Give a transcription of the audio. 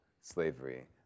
slavery